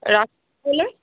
রাখি তাহলে